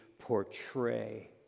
portray